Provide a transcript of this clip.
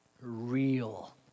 real